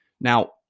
Now